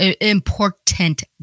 important